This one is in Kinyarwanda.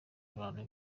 bantu